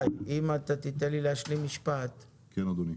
אם תיתן לי להשלים משפט --- כן, אדוני.